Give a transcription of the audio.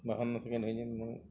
বানানো শাখ দিয়ে নয়